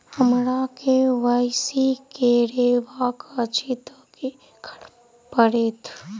हमरा केँ वाई सी करेवाक अछि तऽ की करऽ पड़तै?